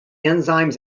enzymes